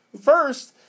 First